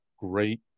great